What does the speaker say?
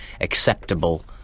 acceptable